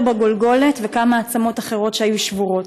בגולגולת וכמה עצמות אחרות שהיו שבורות.